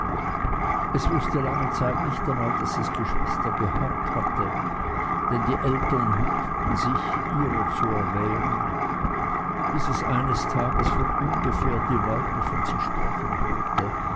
es wußte lange zeit nicht einmal daß es geschwister gehabt hatte denn die eltern hüteten sich ihrer zu erwähnen bis es eines tags von ungefähr die leute von sich sprechen hörte